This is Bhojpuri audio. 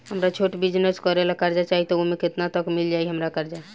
हमरा छोटा बिजनेस करे ला कर्जा चाहि त ओमे केतना तक मिल जायी हमरा कर्जा?